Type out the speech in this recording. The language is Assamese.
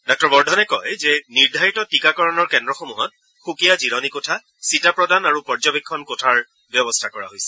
ডাঃ বৰ্ধনে কয় যে নিৰ্ধাৰিত টীকাকৰণৰ কেন্দ্ৰসমূহত সুকীয়া জিৰণী কোঠা ছিটা প্ৰদান আৰু পৰ্যবেক্ষণ কোঠাৰ ব্যৱস্থা কৰা হৈছে